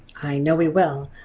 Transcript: i know we will.